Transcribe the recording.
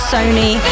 Sony